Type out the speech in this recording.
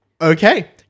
Okay